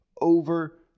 over